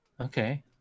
okay